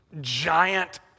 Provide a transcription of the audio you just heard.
Giant